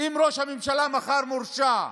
אם ראש הממשלה מחר מורשע,